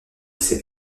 ces